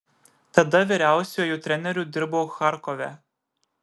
tada vyriausiuoju treneriu dirbau charkove